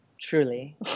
truly